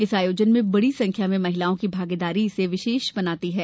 इस आयोजन में बड़ी संख्या में महिलाओं की भागीदारी इसे विशेष बनाती है